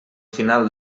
final